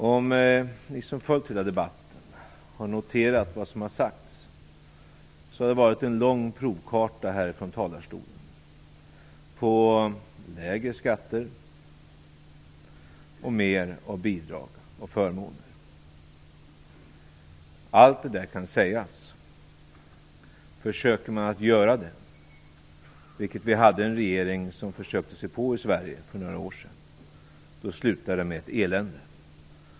Ni som följt denna debatt har kunnat notera att vad som har sagts från denna talarstol har varit en lång provkarta på lägre skatter och mer av bidrag och förmåner. Allt det där kan sägas. Försöker man att göra det - och vi hade för några år sedan en regering i Sverige som försökte sig på det - slutar det med ett elände.